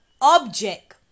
object